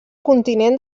continent